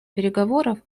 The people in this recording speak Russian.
переговоров